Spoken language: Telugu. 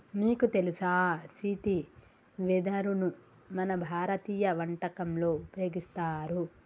నీకు తెలుసా సీతి వెదరును మన భారతీయ వంటకంలో ఉపయోగిస్తారు